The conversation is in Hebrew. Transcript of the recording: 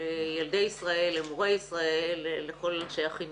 לילדי ישראל, למורי ישראל ולכל אנשי החינוך.